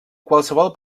qualsevol